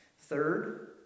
Third